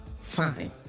Fine